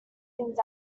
things